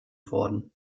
worden